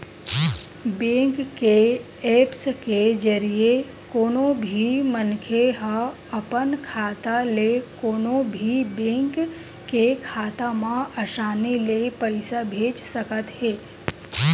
bank के apps के जरिए कोनो भी मनखे ह अपन खाता ले कोनो भी बेंक के खाता म असानी ले पइसा भेज सकत हे